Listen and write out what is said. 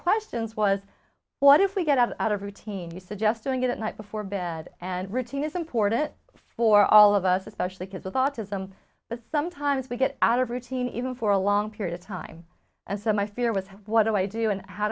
questions was what if we get up out of routine you suggest doing it at night before bed and routine is important for all of us especially kids with autism but sometimes we get out of routine even for a long period of time and so my fear was what do i do and how